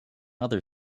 other